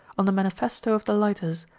on the manifesto of the lighters,